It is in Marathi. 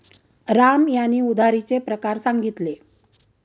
राम यांनी उधारीचे प्रकार सांगितले